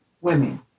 women